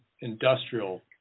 industrial